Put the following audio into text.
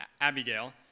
Abigail